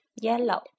yellow